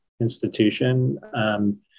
institution